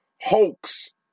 hoax